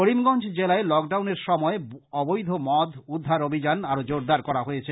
করিমগঞ্জ জেলায় লকডাউনের সময় অবৈধ মদ উদ্ধার অভিযান আরো জোরদার করা হয়েছে